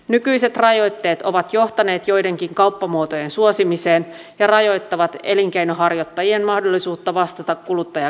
nykyiset rajoitteet ovat johtaneet joidenkin kauppamuotojen suosimiseen ja rajoittavat elinkeinoharjoittajien mahdollisuutta vastata kuluttajakysyntään